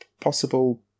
possible